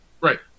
Right